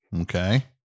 Okay